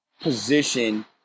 position